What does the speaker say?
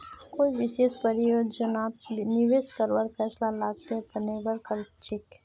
कोई विशेष परियोजनात निवेश करवार फैसला लागतेर पर निर्भर करछेक